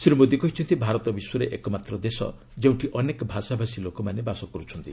ଶ୍ରୀ ମୋଦି କହିଛନ୍ତି ଭାରତ ବିଶ୍ୱରେ ଏକମାତ୍ର ଦେଶ ଯେଉଁଠି ଅନେକ ଭାଷାଭାଷୀ ଲୋକମାନେ ବାସ କରୁଛନ୍ତି